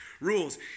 Rules